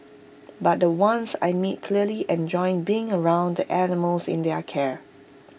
but the ones I meet clearly enjoy being around the animals in their care